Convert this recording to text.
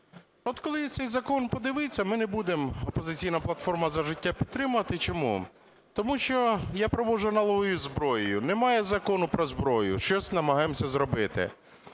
От, коли цей закон подивитися, ми не будемо "Опозиційна платформа – За життя" підтримувати. Чому? Тому що я проводжу аналогію зі зброєю: немає закону про зброю, щось намагаємося зробити.